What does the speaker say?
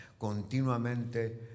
continuamente